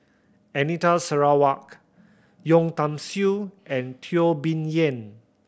Anita Sarawak Yeo Tiam Siew and Teo Bee Yen